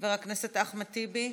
חבר הכנסת אחמד טיבי,